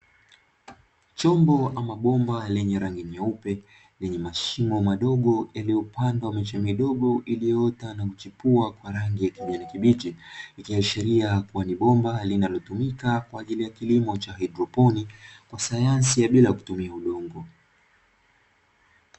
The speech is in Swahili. Chombo ama bomba lenye rangi nyeupe lenye mashimo madogo yaliyopandwa miche midogo iliyoota na kuchipua kwa rangi ya kijani kibichi, ikiashiria kuwa ni bomba linalotumika kwa ajili ya kilimo cha haidroponi ya sayansi bila kutumia udongo.